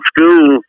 School